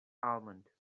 almond